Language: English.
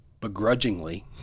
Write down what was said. begrudgingly